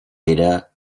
era